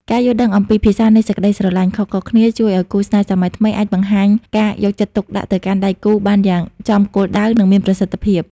ការយល់ដឹងអំពី «ភាសានៃសេចក្ដីស្រឡាញ់» ខុសៗគ្នា ជួយឱ្យគូស្នេហ៍សម័យថ្មីអាចបង្ហាញការយកចិត្តទុកដាក់ទៅកាន់ដៃគូបានយ៉ាងចំគោលដៅ និងមានប្រសិទ្ធភាព។